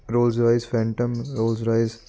Rolls-Royce phantom Rolls-Royce